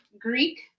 Greek